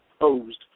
posed